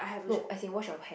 no as in wash your hair